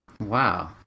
wow